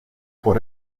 por